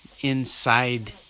inside